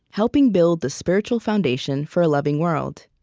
helping to build the spiritual foundation for a loving world.